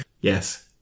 Yes